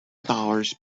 dollars